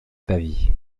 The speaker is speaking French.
pavie